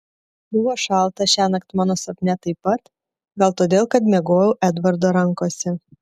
buvo šalta šiąnakt mano sapne taip pat gal todėl kad miegojau edvardo rankose